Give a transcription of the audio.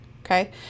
Okay